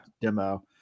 Demo